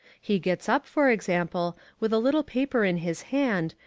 he gets up, for example, with a little paper in his hand,